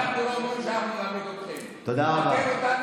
תודה רבה.